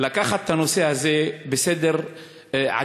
לשים את הנושא הזה עליון בסדר-העדיפויות.